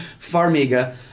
Farmiga